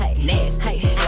nasty